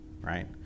right